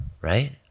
right